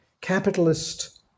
capitalist